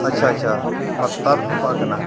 ᱟᱪᱪᱷᱟ ᱟᱪᱪᱷᱟ ᱚᱱᱟ ᱛᱟᱨ ᱛᱚᱯᱟᱜ ᱠᱟᱱᱟ